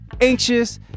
Anxious